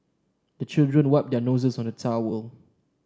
the children wipe their noses on the towel